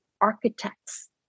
architects